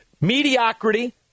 mediocrity